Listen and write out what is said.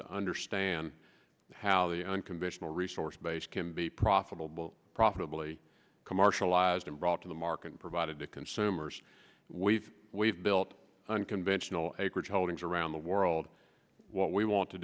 to understand how the unconventional resource base can be profitable profitably commercialized and brought to the market provided to consumers we've we've built unconventional acreage holdings around the world what we want to